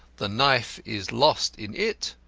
the knife is lost in it,